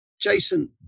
Jason